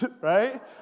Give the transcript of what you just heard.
Right